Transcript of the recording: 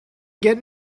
get